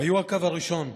היו הקו הראשון,